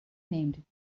named